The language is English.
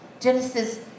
Genesis